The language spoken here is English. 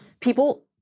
people